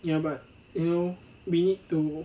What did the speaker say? ya but you know we need to